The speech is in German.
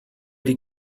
die